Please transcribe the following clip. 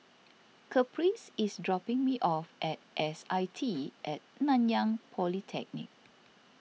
Caprice is dropping me off at S I T at Nanyang Polytechnic